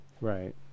Right